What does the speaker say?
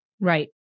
Right